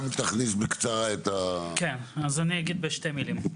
אני אגיד בשתי מילים.